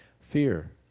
fear